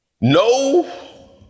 No